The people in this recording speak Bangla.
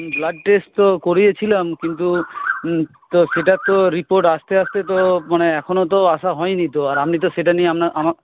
ব্লাড টেস্ট তো করিয়েছিলাম কিন্তু তো সেটা তো রিপোর্ট আসতে আসতে তো মানে এখনও তো আসা হয়নি তো আর আপনি তো সেটা নিয়ে আপনার আমার